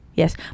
Yes